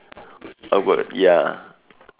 awkward ya